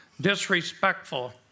disrespectful